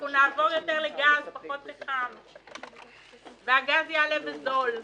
אנחנו נעבור יותר לגז והגז יעלה בזול.